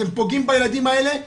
אתם פוגעים בילדים האלה.